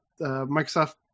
Microsoft